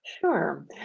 Sure